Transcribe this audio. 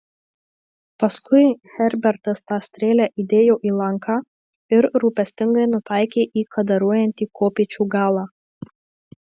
paskui herbertas tą strėlę įdėjo į lanką ir rūpestingai nutaikė į kadaruojantį kopėčių galą